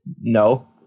No